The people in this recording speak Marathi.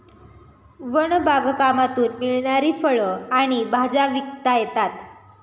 वन बागकामातून मिळणारी फळं आणि भाज्या विकता येतात